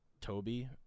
Toby